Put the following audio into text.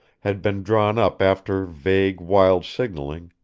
had been drawn up after vague, wild signalling,